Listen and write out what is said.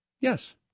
Yes